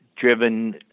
driven